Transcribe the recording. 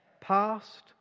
Past